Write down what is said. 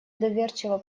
доверчиво